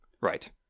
Right